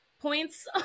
points